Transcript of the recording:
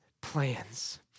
plans